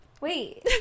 Wait